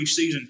preseason